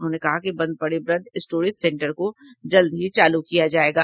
उन्होंने कहा कि बंद पड़े ब्लड स्टोरेज सेंटर को जल्द ही चालू किया जायेगा